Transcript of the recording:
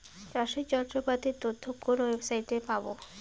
চাষের যন্ত্রপাতির তথ্য কোন ওয়েবসাইট সাইটে পাব?